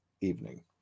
evening